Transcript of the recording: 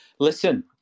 Listen